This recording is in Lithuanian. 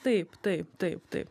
taip taip taip taip